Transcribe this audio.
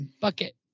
Bucket